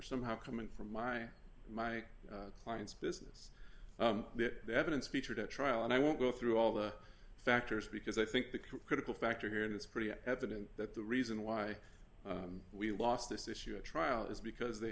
somehow coming from my my client's business that evidence featured at trial and i won't go through all the factors because i think the critical factor here and it's pretty evident that the reason why we lost this issue at trial is because they